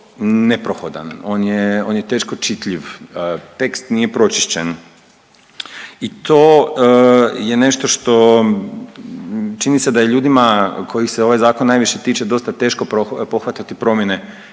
neprohodan. On je teško čitljiv. Tekst nije pročišćen i to je nešto što čini se da ljudima kojih se ovaj Zakon najviše tiče dosta teško pohvatati promjene